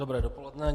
Dobré dopoledne.